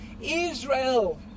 Israel